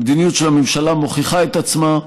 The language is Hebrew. המדיניות של הממשלה מוכיחה את עצמה,